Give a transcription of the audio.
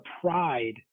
pride